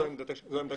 זו העמדה שלי.